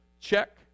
check